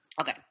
Okay